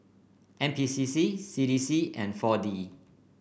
N P C C C D C and four D